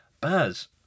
Baz